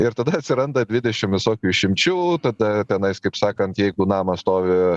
ir tada atsiranda dvidešim visokių išimčių tada tenais kaip sakant jeigu namas stovi